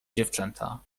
dziewczęta